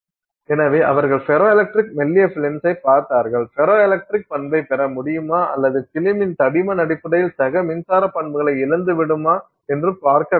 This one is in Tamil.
எனவே அவர்கள் ஃபெரோ எலக்ட்ரிக் மெல்லிய பிலிம்சை பார்த்தார்கள் ஃபெரோ எலக்ட்ரிக் பண்பை பெற முடியுமா அல்லது பிலிமின் தடிமன் அடிப்படையில் சக மின்சார பண்புகளை இழந்து விடுமா என்று பார்க்க வேண்டும்